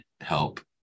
help